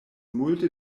multe